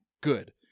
good